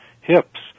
hips